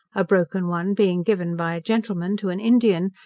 a broken one being given by a gentleman to an indian,